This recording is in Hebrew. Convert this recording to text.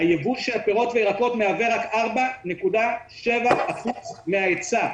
הייבוא של פירות וירקות מהווה רק 4.7% מן ההיצע,